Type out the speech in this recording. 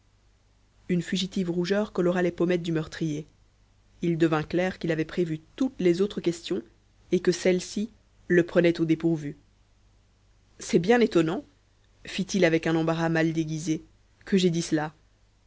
une fugitive rougeur colora les pommettes du meurtrier il devint clair qu'il avait prévu toutes les autres questions et que celle-ci le prenait au dépourvu c'est bien étonnant fit-il avec un embarras mal déguisé que j'aie dit cela